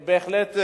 בהחלט,